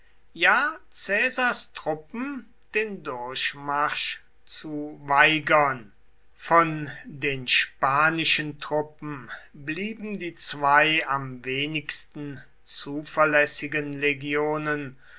ja caesars truppen den durchmarsch zu weigern von den spanischen truppen blieben die zwei am wenigsten zuverlässigen legionen